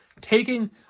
taking